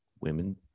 women